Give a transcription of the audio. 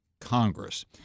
Congress